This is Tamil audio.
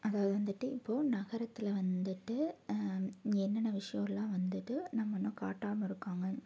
அதாவது வந்துட்டு இப்போது நகரத்தில் வந்துட்டு என்னென்ன விஷயலாம் வந்துட்டு நம்ம இன்னும் காட்டாமல் இருக்காங்க